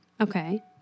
Okay